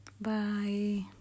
bye